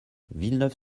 villeneuve